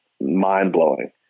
mind-blowing